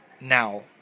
now